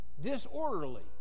disorderly